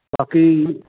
ਬਾਕੀ